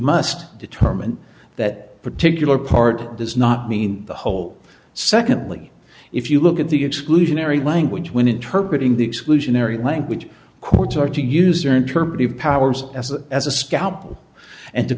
must determine that particular part does not mean the whole secondly if you look at the exclusionary language when interpret in the exclusionary language courts are to use your interpretive powers as a as a scalpel and to